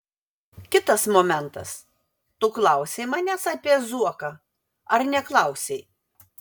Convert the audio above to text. kitas momentas tu klausei manęs apie zuoką ar neklausei